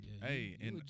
Hey